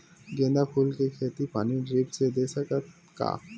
गेंदा फूल के खेती पानी ड्रिप से दे सकथ का?